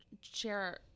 share